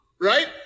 right